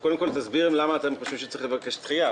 קודם כול תסביר לנו למה אתם חושבים שצריך לבקש דחייה,